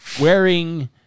wearing